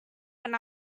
when